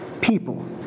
people